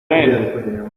ven